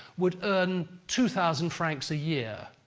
would earn two thousand francs a year,